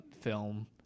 film